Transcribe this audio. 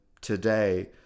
today